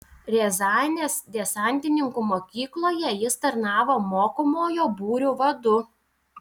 riazanės desantininkų mokykloje jis tarnavo mokomojo būrio vadu